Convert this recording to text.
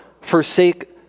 forsake